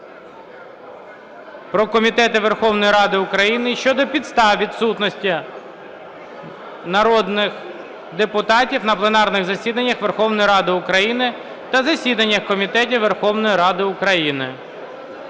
"Про комітети Верховної Ради України" щодо підстав відсутності народних депутатів на пленарних засіданнях Верховної Ради України та засіданнях комітетів Верховної Ради України